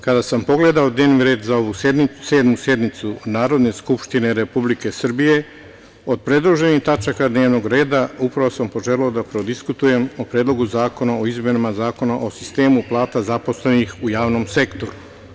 Kada sam pogledao dnevni red za ovu Sedmu sednicu Narodne skupštine Republike Srbije, od predloženih tačaka dnevnog reda upravo sam poželeo da prodiskutujem o Predlogu zakona o izmenama Zakona o sistemu plata zaposlenih u javnom sektoru.